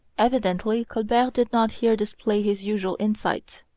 evidently colbert did not here display his usual insight.